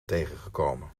tegengekomen